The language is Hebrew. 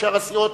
שאר הסיעות,